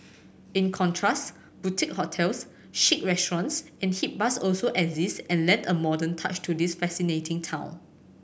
in contrast boutique hotels chic restaurants and hip bars also exist and lend a modern touch to this fascinating town